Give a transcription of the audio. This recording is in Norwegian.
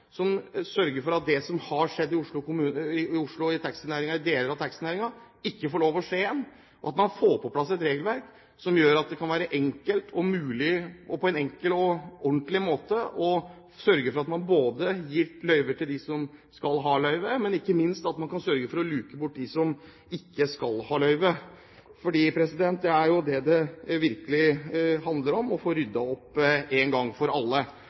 som sørger for at det som har skjedd i Oslo i deler av taxinæringen, ikke får lov å skje igjen, at vi får på plass et regelverk som gjør det mulig på en enkel og ordentlig måte å sørge for at man både gir løyver til dem som skal ha løyve, og – ikke minst – gjør det mulig å luke bort dem som ikke skal ha løyve. For det er jo det det virkelig handler om, å få ryddet opp en gang for alle.